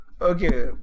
Okay